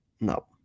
No